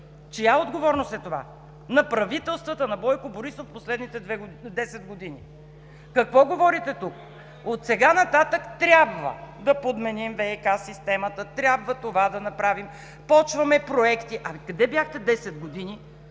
Чия отговорност е това? На правителствата на Бойко Борисов в последните десет години. Какво говорите тук? Отсега нататък трябва да подменим ВиК системата, трябва това да направим, започваме проекти. А къде бяхте десет години?